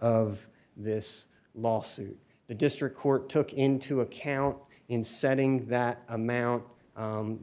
of this lawsuit the district court took into account in setting that amount